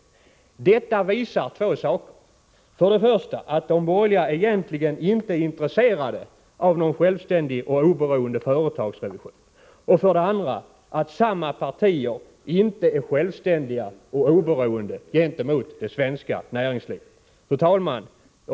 Detta visar två saker: för det första att de borgerliga egentligen inte är intresserade av någon självständig och oberoende företagsrevision, och för det andra att samma partier inte är självständiga och oberoende gentemot det svenska näringslivet. Fru talman!